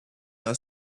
are